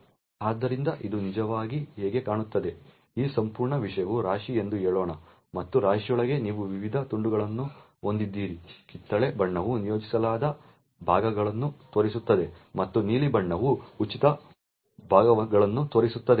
ಆದ್ದರಿಂದ ಇದು ನಿಜವಾಗಿ ಹೇಗೆ ಕಾಣುತ್ತದೆ ಈ ಸಂಪೂರ್ಣ ವಿಷಯವು ರಾಶಿ ಎಂದು ಹೇಳೋಣ ಮತ್ತು ರಾಶಿಯೊಳಗೆ ನೀವು ವಿವಿಧ ತುಂಡುಗಳನ್ನು ಹೊಂದಿದ್ದೀರಿ ಕಿತ್ತಳೆ ಬಣ್ಣವು ನಿಯೋಜಿಸಲಾದ ಭಾಗಗಳನ್ನು ತೋರಿಸುತ್ತದೆ ಮತ್ತು ನೀಲಿ ಬಣ್ಣವು ಉಚಿತ ಭಾಗಗಳನ್ನು ತೋರಿಸುತ್ತದೆ